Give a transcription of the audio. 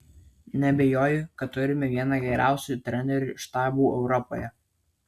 neabejoju kad turime vieną geriausių trenerių štabų europoje